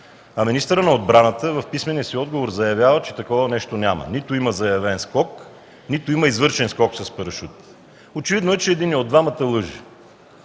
а министърът на отбраната в писмения си отговор заявява, че такова нещо няма, нито има заявен скок, нито има извършен скок с парашут. Очевидно е, че единият от двамата лъже.